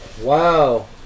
wow